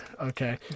Okay